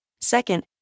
Second